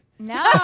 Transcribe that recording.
No